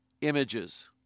images